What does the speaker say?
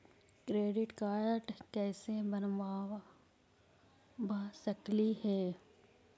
Credit card कैसे बनबा सकली हे?